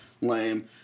Lame